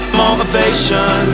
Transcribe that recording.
motivation